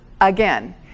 again